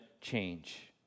change